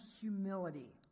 humility